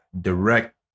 direct